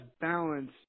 balance